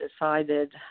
decided